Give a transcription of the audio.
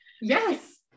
Yes